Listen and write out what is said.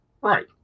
right